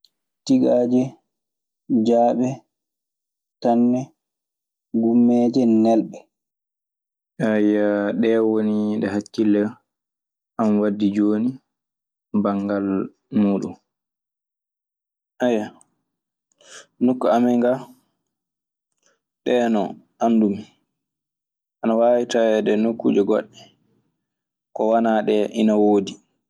Tigaaje, jaɓe, tane, gummeje, nelɓe. ɗee woni ɗe hakkille an waddi jooni banngal muuɗun. Eywa, nokku amin ga, ɗee noon anndu mi. Ina waawi taweede nokkuuje goɗɗe ko wonaa ɗe ina woodi.